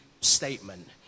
statement